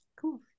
Cool